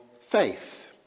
faith